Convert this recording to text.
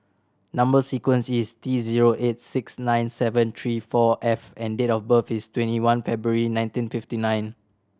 number sequence is T zero eight six nine seven three four F and date of birth is twenty one February nineteen fifty nine